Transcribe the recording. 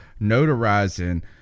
notarizing